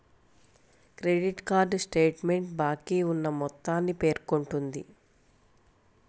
credit card statement బాకీ ఉన్న మొత్తాన్ని పేర్కొంటుంది